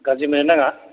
गाज्रि मोननो नाङा